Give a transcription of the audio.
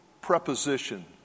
preposition